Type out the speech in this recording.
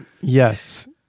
Yes